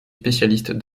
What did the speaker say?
spécialiste